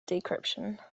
decryption